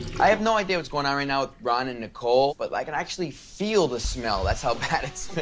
i have no idea what's going on right now with ron and nicole but i can actually feel the smell that's how bad it